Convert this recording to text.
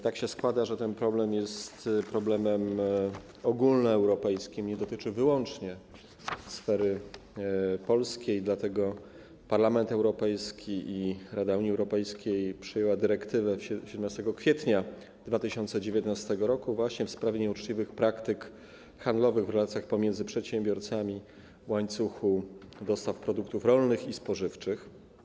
Tak się składa, że ten problem jest problemem ogólnoeuropejskim, nie dotyczy wyłącznie sfery polskiej, dlatego Parlament Europejski i Rada Unii Europejskiej przyjęły dyrektywę z 17 kwietnia 2019 r. w sprawie nieuczciwych praktyk handlowych w relacjach między przedsiębiorcami w łańcuchu dostaw produktów rolnych i spożywczych.